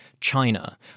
China